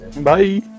Bye